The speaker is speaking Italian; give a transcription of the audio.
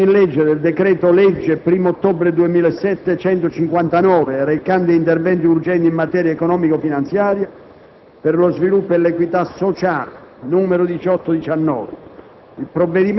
«Conversione in legge del decreto-legge 1° ottobre 2007, n. 159, recante interventi urgenti in materia economico-finanziaria per lo sviluppo e l'equità sociale» (1819).